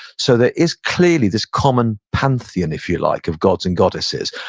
so there is clearly this common pantheon, if you like, of gods and goddesses.